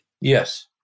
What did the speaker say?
Yes